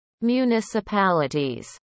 municipalities